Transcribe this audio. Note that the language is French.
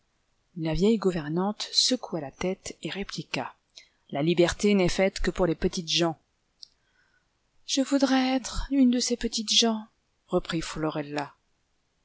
la vieille gouvernante secoua la tête et répliqua la liberté n'est faite que pour les petites gens je voudrais être une de ces petites gens reprit florella